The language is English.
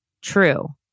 true